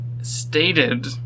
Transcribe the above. stated